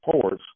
ports